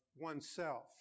oneself